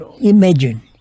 imagine